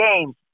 games